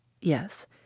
Yes